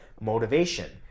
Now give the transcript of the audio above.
motivation